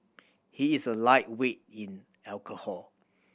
he is a lightweight in alcohol